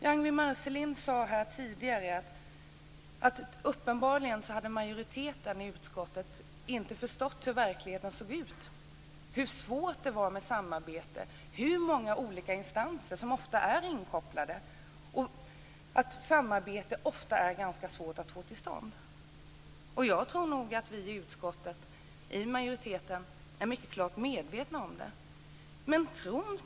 Ragnwi Marcelind sade tidigare att majoriteten i utskottet uppenbarligen inte hade förstått hur verkligheten ser ut, att det är svårt att få till stånd ett samarbete och att det är många olika instanser som är inkopplade. Jag tror nog att vi i utskottsmajoriteten är mycket klart medvetna om hur det ser ut i verkligheten.